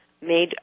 made